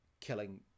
killing